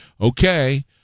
Okay